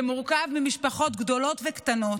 שמורכב ממשפחות גדולות וקטנות,